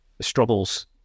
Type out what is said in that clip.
struggles